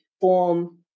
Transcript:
form